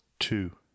Two